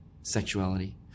sexuality